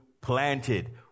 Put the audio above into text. planted